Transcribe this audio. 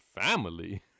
Family